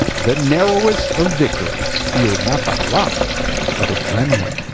the narrowest of victories fueled not by luck but adrenaline.